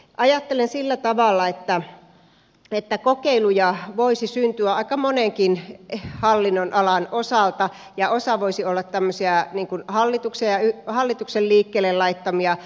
ajattelen sillä tavalla että kokeiluja voisi syntyä aika monenkin hallinnonalan osalta ja osa voisi olla tämmöisiä hallituksen liikkeelle laittamia